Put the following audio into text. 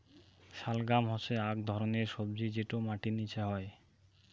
শালগাম হসে আক ধরণের সবজি যটো মাটির নিচে হই